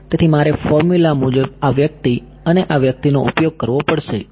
તેથી મારે ફોર્મ્યુલા મુજબ આ વ્યક્તિ આ વ્યક્તિ અને આ વ્યક્તિનો ઉપયોગ કરવો પડશે